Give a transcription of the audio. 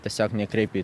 tiesiog nekreipi